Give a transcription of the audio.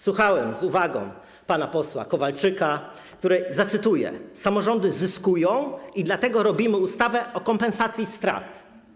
Słuchałem z uwagą pana posła Kowalczyka, którego wypowiedź zacytuję: Samorządy zyskują i dlatego robimy ustawę o kompensacji strat.